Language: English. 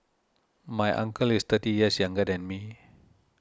my uncle is thirty years younger than me